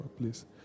please